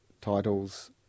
titles